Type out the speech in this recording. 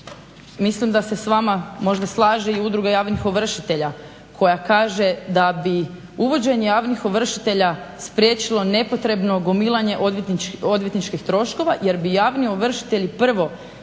Mislim da se s vama možda slaže i Udruga javnih ovršitelja koja kaže da bi uvođenje javnih ovršitelja spriječilo nepotrebno gomilanje odvjetničkih troškova jer bi javni ovršitelji prvo